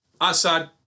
Assad